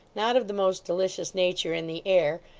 not of the most delicious nature, in the air,